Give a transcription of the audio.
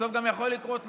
בסוף גם יכול לקרות משהו.